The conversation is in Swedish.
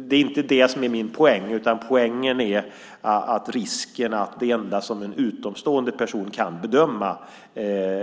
Det är inte det som är min poäng. Poängen är att risken att det enda som en utomstående person kan bedöma,